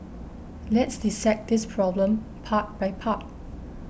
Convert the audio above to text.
let's dissect this problem part by part